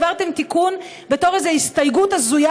העברתם תיקון בתור איזו הסתייגות הזויה